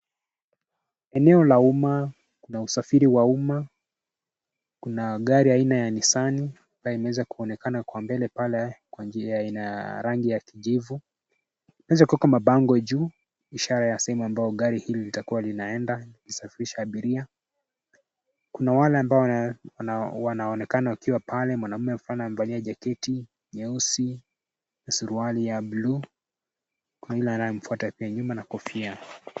Eneo la uma na usafiri wa uma kuna gari aina ya Nissan ambayo inaweza kuonekana kwa mbele pale kwa njia ya aina ya rangi ya kijivu imeweza kuwekwa mabango juu ishara ya sehemu ambayo gari hili litakuwa linaenda kusafirisha abiria. Kuna wale ambao wanaonekana wakiwa pale mwanaume amevalia jaketi nyeusi na suruali ya bluu kuna yule ambaye amefuata nyuma pale na kofia.